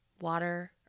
water